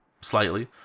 Slightly